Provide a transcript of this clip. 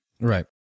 Right